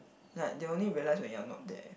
like they only realise when you are not there